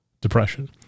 depression